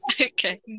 Okay